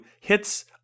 hits